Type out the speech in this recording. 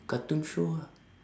cartoon show ah